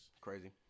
Crazy